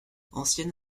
ancienne